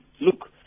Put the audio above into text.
look